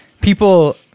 People